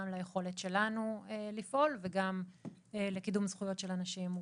גם ליכולת שלנו לפעול וגם לקידום זכויות של אנשים עם מוגבלות.